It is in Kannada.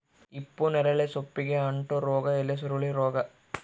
ಹಿಪ್ಪುನೇರಳೆ ಸೊಪ್ಪಿಗೆ ಅಂಟೋ ರೋಗ ಎಲೆಸುರುಳಿ ರೋಗ